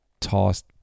tossed